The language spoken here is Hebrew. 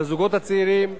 לזוגות הצעירים,